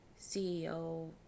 CEO